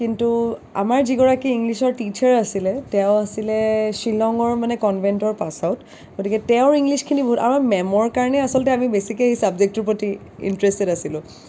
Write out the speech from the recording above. কিন্তু আমাৰ যিগৰাকী ইংলিছৰ টিচাৰ আছিলে তেওঁ আছিলে শ্বিলংৰ মানে কন্ভেণ্টৰ পাছ আওট গতিকে তেওঁৰ ইংলিছখিনি বহুত আৰু মে'মৰ কাৰণে আচলতে আমি বেছিকে সেই চাবজেক্টটোৰ প্ৰতি ইনটেৰেষ্টেড আছিলো